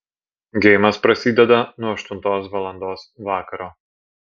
geimas prasideda nuo aštuntos valandos vakaro